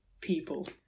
people